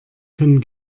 können